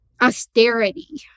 austerity